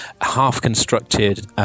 half-constructed